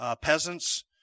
peasants